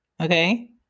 Okay